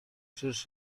czyż